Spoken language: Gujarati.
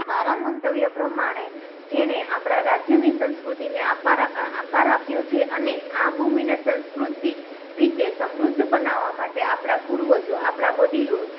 મારા મંતવ્ય પ્રમાણે જેણે આપણા રાજ્યની સંસ્કૃતિને આપાર આકાર આપ્યો છે અને આ ભૂમિને સંસ્કૃતિક રીતે સમૃદ્ધ બનાવા માટે આપણા પૂર્વજો આપણા વડીલો